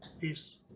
peace